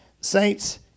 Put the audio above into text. saints